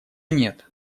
нет